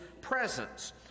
presence